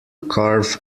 carve